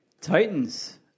Titans